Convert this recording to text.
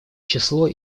число